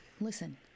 Listen